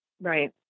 Right